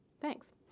Thanks